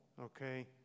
okay